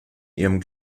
ihrem